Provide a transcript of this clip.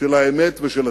של האמת ושל הצדק.